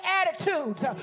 attitudes